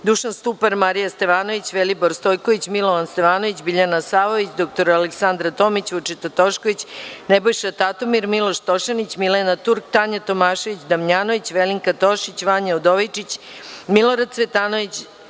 Dušan Stupar, Marija Stevanović, Velibor Stojković, Milan Stevanović, Biljana Savović, dr Aleksandra Tomić, Vučeta Tošković, Nebojša Tatomir, Miloš Tošanić, Milena Turk, Tanja Tomašević Damnjanović, Velinka Tošić, Vanja Udovičić, Milorad Cvetanović,